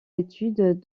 études